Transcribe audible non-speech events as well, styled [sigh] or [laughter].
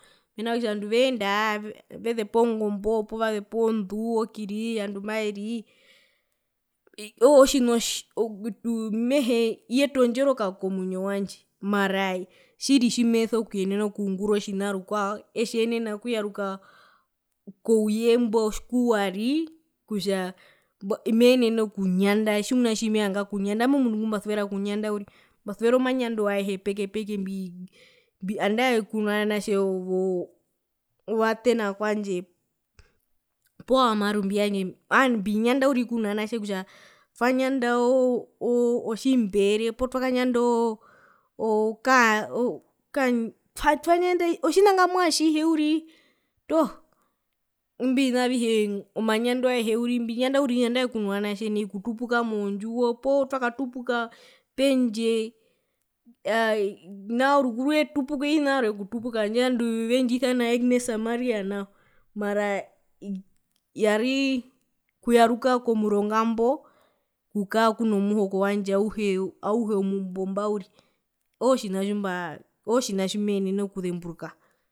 Mena kutja ovandu veenda avezepa ongombo po ondu okirii ootjina otjii mehee iyeta ondjoroka komwinyo wandje mara tjiri tjimeso kungura otjina rukwao etjenena okuyaruka kouye mbo kuwari kutja meenene okunyanda tjimuna tjimevanga okunyanda ami omundu ngumbasuvera okunyanda uriri mbasuvera omanyando aehe peke peke mbii andae kuno vanatje woo wowo wovatena kwandje poo womarumbi yandje aaahaa mbinyanda uriri kuno vanatje kutja twanyanda oo oo tjimberee potwakanyanda ooo oo ookaa twakanyanda otjina ngamwa atjihe uriri toho imbi ovina avihe omanyando aehe uriri nandae kuno vanatje okutupuka mondjiwo poo twakatupuka pendje [hesitation] nao rukuru eetupuka ovina vyarwe okutupuka handje ovandu vendjisana agnes samaria mara yarii okuyaruka komuronga mbo okukaa kunomuhoko wandje auhe auhe omumbomba uri ootjina tjimbaa ootjina tjimenene okuzemburuka.